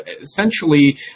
essentially